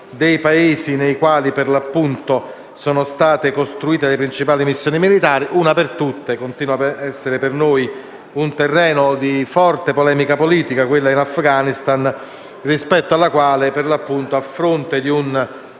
dei Paesi nei quali sono state costruite le principali missioni militari. Una per tutte continua per noi ad essere un terreno di forte polemica politica, quella in Afghanistan, rispetto alla quale, a fronte di un